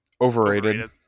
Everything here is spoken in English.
Overrated